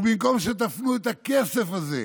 ובמקום שתפנו את הכסף הזה,